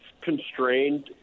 constrained